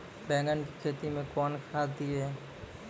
बैंगन की खेती मैं कौन खाद दिए?